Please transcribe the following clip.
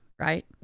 Right